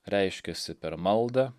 reiškiasi per maldą